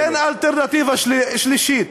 אין אלטרנטיבה שלישית.